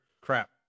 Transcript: Crap